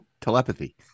telepathy